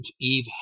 Eve